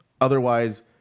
otherwise